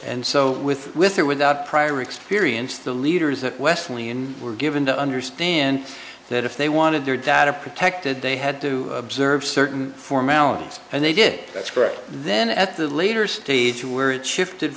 so with with or without prior experience the leaders that wesley in were given to understand that if they wanted their data protected they had to observe certain formalities and they did that's correct then at the later stage where it shifted